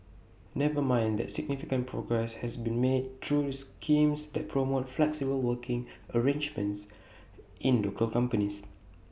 never mind that significant progress has been made through schemes that promote flexible working arrangements in local companies